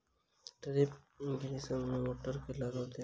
Drip irrigation मे motor केँ लागतै?